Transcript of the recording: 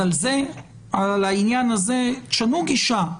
על העניין הזה שנו גישה.